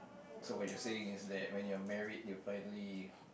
so what you're saying is that when you're married you finally